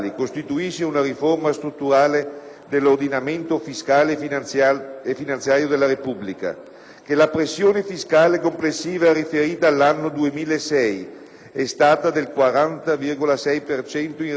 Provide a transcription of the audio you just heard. la pressione fiscale complessiva riferita all'anno 2006 è stata del 40,6 per cento in rapporto al PIL e nel 2008 tale percentuale è salita fino al 43,3